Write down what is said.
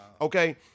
Okay